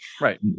Right